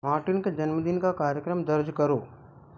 Martin के जन्मदिन का कार्यक्रम दर्ज करो